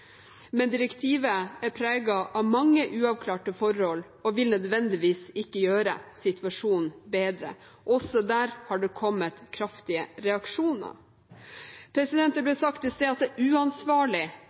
Men direktivet er preget av mange uavklarte forhold og vil nødvendigvis ikke gjøre situasjonen bedre. Også der har det kommet kraftige reaksjoner. Det ble sagt i sted at det